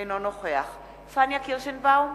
אינו נוכח פניה קירשנבאום,